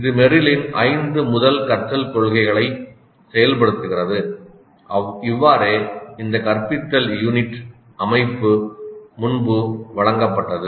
இது மெர்ரிலின் ஐந்து முதல் கற்றல் கொள்கைகளை செயல்படுத்துகிறது இவ்வாறே இந்த கற்பித்தல் யூனிட் அமைப்பு முன்பு வழங்கப்பட்டது